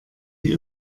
die